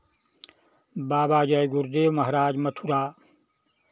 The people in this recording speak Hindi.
बाबा जय गुरुदेव महाराज मथुरा